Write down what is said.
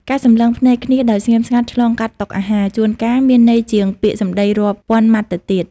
ការសម្លឹងភ្នែកគ្នាដោយស្ងៀមស្ងាត់ឆ្លងកាត់តុអាហារ ជួនកាលមានន័យជាងពាក្យសម្ដីរាប់ពាន់ម៉ាត់ទៅទៀត។